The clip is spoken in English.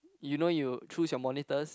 you know you choose your monitors